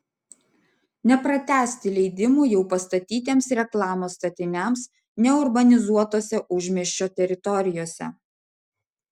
nepratęsti leidimų jau pastatytiems reklamos statiniams neurbanizuotose užmiesčio teritorijose